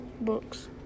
books